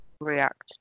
react